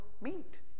meet